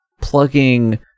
plugging